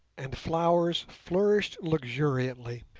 and flowers flourished luxuriantly,